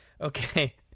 Okay